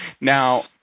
Now